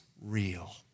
real